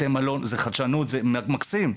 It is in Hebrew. בתי-מלון זו חדשנות, זה מקסים.